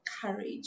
courage